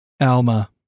Alma